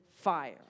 fire